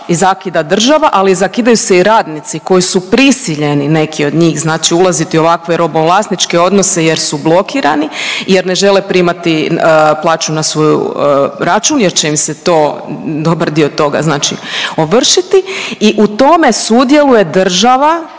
i zakida država, ali zakidaju se i radnici koji su prisiljeni neki od njih znači ulaziti u ovakve robovlasničke odnose jer su blokirani jer ne žele primati plaću na svoj račun jer će im se to, dobar dio toga znači ovršiti i u tome sudjeluje država